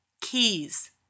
keys